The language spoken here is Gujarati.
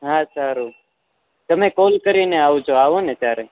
હા સારું તમે કોલ કરીને આવજો આવો ને ત્યારે